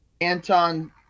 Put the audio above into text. Anton